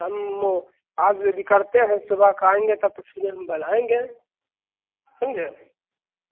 हम वह आज में भी करते हैं सुबह कहेंगे तब तो फिलिम बनाएँगे समझे